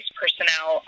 personnel